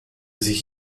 sich